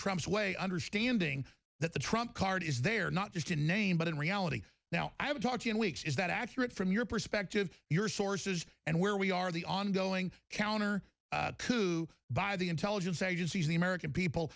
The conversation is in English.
trump's way understanding that the trump card is there not just in name but in reality now i am talking weeks is that accurate from your perspective your sources and where we are the ongoing counter by the intelligence agencies the american people